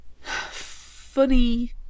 funny